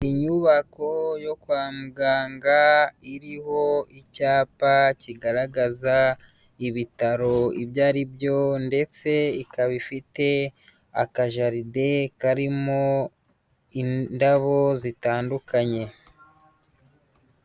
Inyubako yo kwa muganga iriho icyapa kigaragaza ibitaro ibyo ari byo ndetse ikaba ifite akajaride karimo indabo zitandukanye.